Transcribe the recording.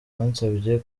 bansabye